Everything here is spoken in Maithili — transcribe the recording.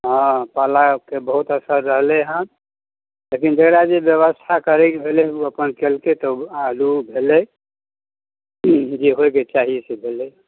हँ पालाके बहुत असर रहलै हँ लेकिन जकरा जे बेबस्था करैके भेलै ओ अपन केलकै तऽ आलू भेलै जे होइके चाही से भेलै